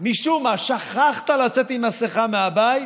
משום מה שכחת לצאת עם מסכה מהבית,